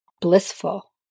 blissful